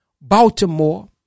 Baltimore